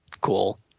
Cool